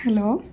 hello